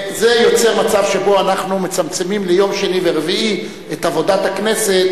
זה יוצר מצב שבו אנחנו מצמצמים ליום שני ורביעי את עבודת הכנסת,